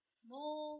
small